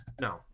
No